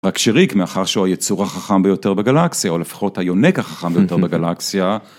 רק שריק, מאחר והוא היצור החכם ביותר בגלקסיה או לפחות היונק החכם ביותר בגלקסיה.